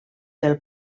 del